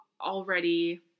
already